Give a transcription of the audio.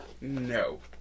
No